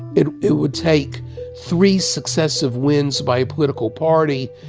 it it would take three successive wins by political party,